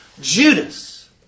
Judas